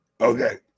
Okay